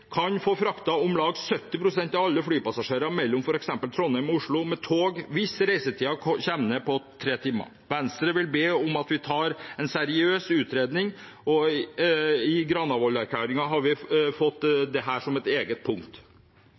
kan få fraktet om lag 70 pst. av alle flypassasjer mellom f.eks. Trondheim og Oslo med tog hvis reisetiden kommer ned på 3 timer. Venstre vil be om at vi tar en seriøs utredning, og i Granavolden-erklæringen har vi fått dette som et eget punkt.